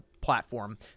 platform